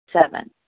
Seven